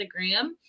Instagram